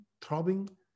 throbbing